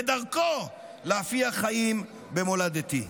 ודרכו להפיח חיים במולדתי.